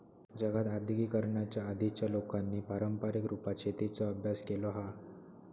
जगात आद्यिगिकीकरणाच्या आधीच्या लोकांनी पारंपारीक रुपात शेतीचो अभ्यास केलो हा